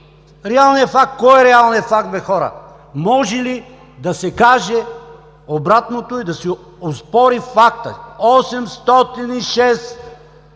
Реалният факт – кой е реалният факт, бе хора? Може ли да се каже обратното и да се оспори фактът: 806